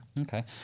Okay